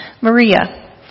Maria